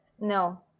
No